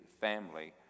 family